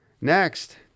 next